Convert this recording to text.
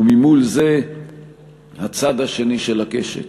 ומול זה הצד השני של הקשת,